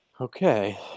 Okay